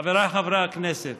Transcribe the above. חבריי חברי הכנסת,